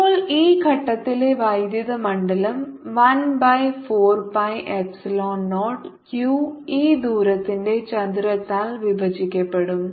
ഇപ്പോൾ ഈ ഘട്ടത്തിലെ വൈദ്യുത മണ്ഡലം 1 by 4 pi epsilon naught q ഈ ദൂരത്തിന്റെ ചതുരത്താൽ വിഭജിക്കപ്പെടും